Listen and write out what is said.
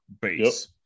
base